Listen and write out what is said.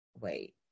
wait